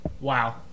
Wow